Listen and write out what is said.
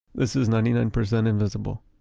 this is ninety nine percent invisible.